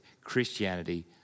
Christianity